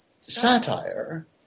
satire